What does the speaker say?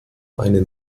einen